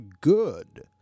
Good